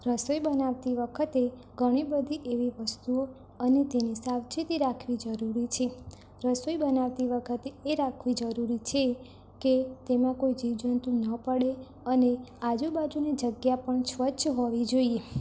રસોઈ બનાવતી વખતે ઘણી બધી એવી વસ્તુઓ અને તેની સાવચેતી રાખવી જરૂરી છે રસોઈ બનાવતી વખતે એ રાખવી જરૂરી છે કે તેમાં કોઈ જીવજંતુ ન પડે અને આજુબાજુની જગ્યા પણ સ્વચ્છ હોવી જોઈએ